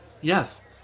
Yes